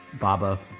Baba